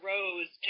Rose